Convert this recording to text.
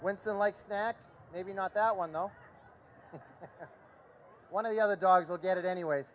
went on like that maybe not that one though one of the other dogs will get it anyway